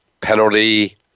penalty